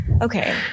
Okay